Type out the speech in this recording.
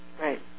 Right